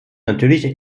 natürlich